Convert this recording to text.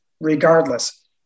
Regardless